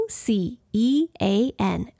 Ocean